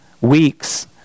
weeks